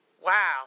Wow